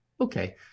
Okay